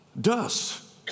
dust